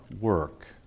work